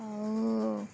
ଆଉ